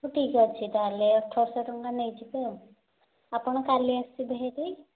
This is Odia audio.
ହେଉ ଠିକ ଅଛି ତା'ହେଲେ ଅଠର ଶହ ଟଙ୍କା ନେଇଯିବେ ଆଉ ଆପଣ କାଲି ଆସିବେ ହେରି